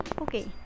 Okay